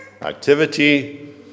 activity